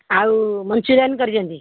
ଆଉ ମଞ୍ଚୁରିଆନ୍ କରିଛନ୍ତି